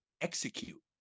execute